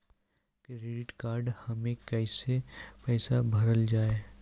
Credit card हम्मे कैसे पैसा भरल जाए?